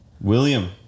William